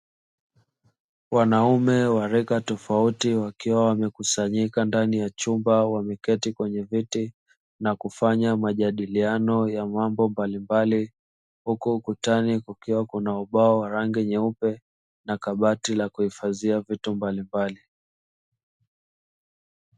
Wanaume wa rika tofauti wakiwa wamekusanyika ndani ya chumba wameketi kwenye viti na kufanya majadiliano ya mambo mbalimbali, huku ukutani kukiwa kuna ubao wa rangi nyeupe na kabati la kuhifadhia vitu mbalimbali.